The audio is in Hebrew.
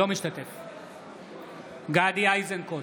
אינו משתתף בהצבעה גדי איזנקוט,